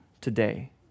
today